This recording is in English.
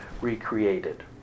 recreated